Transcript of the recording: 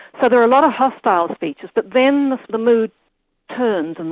so there are a lot of hostile speakers, but then the mood turns, and